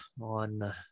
on